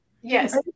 Yes